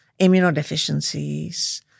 immunodeficiencies